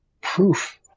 proof